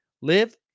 Live